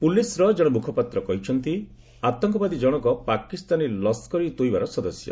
ପୁଲିସ୍ର ଜଣେ ମୁଖପାତ୍ର କହିଛନ୍ତି ଆତଙ୍କବାଦୀ ଜଣକ ପାକିସ୍ତାନୀ ଲସ୍କର ଇ ତୋଇବାର ସଦସ୍ୟ